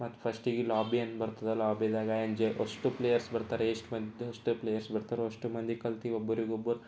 ಮತ್ತೆ ಫಷ್ಟಿಗೆ ಲಾಬಿ ಅಂತ ಬರ್ತದೆ ಲಾಬಿದಾಗೆ ಎಂಜೈ ಫಷ್ಟ್ ಪ್ಲೇಯರ್ಸ್ ಬರ್ತರೆ ಎಷ್ಟು ಬಂದಷ್ಟು ಪ್ಲೇಯರ್ಸ್ ಬರ್ತರೆ ಅಷ್ಟು ಮಂದಿ ಕಲೆತು ಒಬ್ಬರಿಗೊಬ್ಬರು